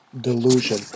delusion